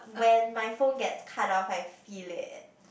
when my phone get cut off I feel it